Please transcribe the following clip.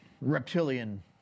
reptilian